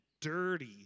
dirty